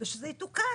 ושזה יתוקן.